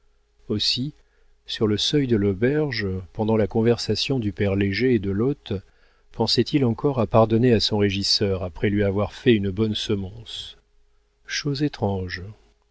aussi sur le seuil de l'auberge pendant la conversation du père léger et de l'hôte pensait-il encore à pardonner à son régisseur après lui avoir fait une bonne semonce chose étrange